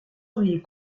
auriez